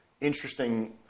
interesting